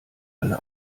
alle